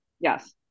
yes